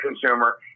consumer